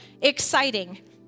exciting